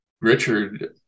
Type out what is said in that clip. Richard